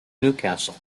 newcastle